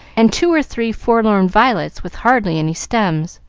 and two or three forlorn violets with hardly any stems.